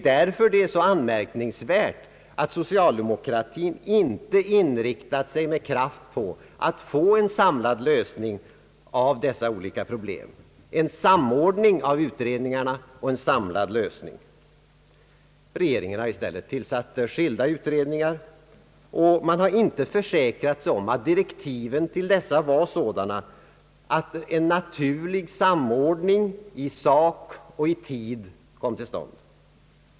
Därför är det anmärkningsvärt att socialdemokratin inte inriktat sig på att med kraft åstadkomma en samlad lösning av dessa olika problem. Regeringen har i stället tillsatt skilda utredningar och har inte försäkrat sig om att direktiven för dessa var sådana att en naturlig samordning i sak och i tid kommit till stånd.